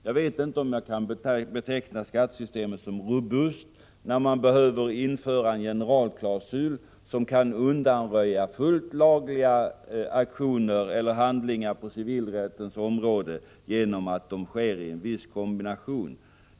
Jag vet inte om jag kan beteckna skattesystemet som robust när man behöver införa en generalklausul som kan undanröja fullt lagliga aktioner eller handlingar på civilrättens område genom att de sker i en viss kombination.